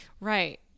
Right